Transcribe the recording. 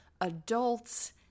adults